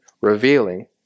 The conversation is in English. revealing